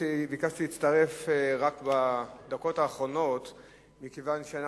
ביקשתי להצטרף רק בדקות האחרונות מכיוון שאני